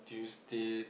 Tuesday